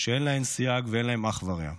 שאין להן סייג ואין להן אח ורע.